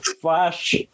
Flash